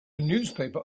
newspaper